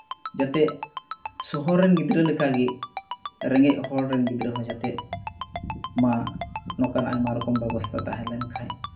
ᱡᱟᱛᱮ ᱥᱚᱦᱚᱨ ᱨᱮᱱ ᱜᱤᱫᱽᱨᱟᱹ ᱞᱮᱠᱟ ᱜᱮ ᱨᱮᱸᱜᱮᱡ ᱦᱚᱲ ᱨᱮᱱ ᱜᱤᱫᱽᱨᱟᱹ ᱦᱚᱸ ᱡᱟᱛᱮ ᱢᱟ ᱱᱚᱝᱠᱟᱱ ᱟᱭᱢᱟ ᱨᱚᱠᱚᱢ ᱵᱮᱵᱚᱥᱛᱟ ᱛᱟᱦᱮᱸ ᱞᱮᱱ ᱠᱷᱟᱡ